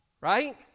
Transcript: right